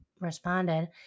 responded